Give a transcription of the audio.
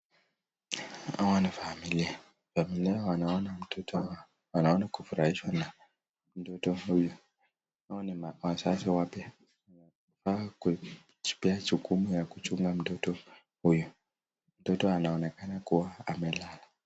Hawa ni familia . Familia wanaona mtoto wao, wanaona kufurahishwa na mtoto huyu. Hawa ni wazazi wapya wamejipea jukumu la kuchunga mtoto huyu. Mtoto anaonekana kuwa amelala.